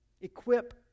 equip